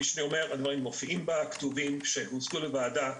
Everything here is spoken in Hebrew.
הדברים מופיעים בכתובים שהוצגו לוועדה,